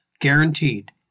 guaranteed